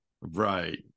Right